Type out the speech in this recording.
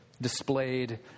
displayed